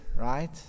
right